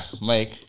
Mike